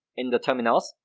in the terminal,